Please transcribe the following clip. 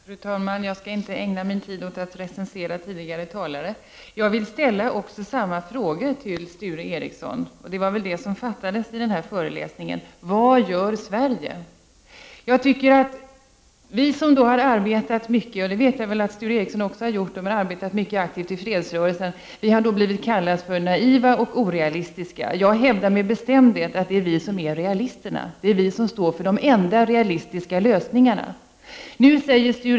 Fru talman! Jag skall inte ägna min tid åt att recensera tidigare talares inlägg. Jag vill ställa samma frågor till Sture Ericson. Vad som fattades i den här föreläsningen var väl svaret på frågan: Vad gör Sverige? Vi som har arbetat mycket — och det vet jag att Sture Ericson också har = Prot. 1989/90:35 gjort — i fredsrörelsen har blivit kallade naiva och orealistiska. Jag hävdar 29 november 1989 med bestämdhet att vi är realister. Det är vi som står för de enda realistiska. VN lösningarna.